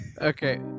okay